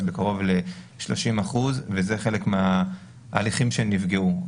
בקרוב ל-30% וזה חלק מההליכים שנפגעו,